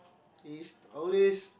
is always